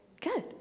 Good